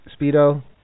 Speedo